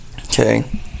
Okay